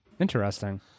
Interesting